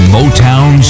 Motown